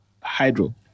Hydro